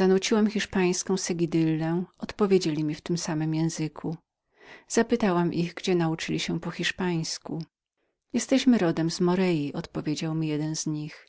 miłosną pieśń hiszpańską odpowiedzieli mi podobnemi myślami na te same rymy zapytałam ich gdzie nauczyli się po hiszpańsku jesteśmy rodem z morei odpowiedział mi jeden z nich